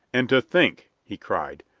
and to think, he cried,